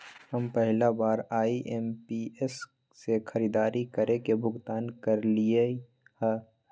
हम पहिला बार आई.एम.पी.एस से खरीदारी करके भुगतान करलिअई ह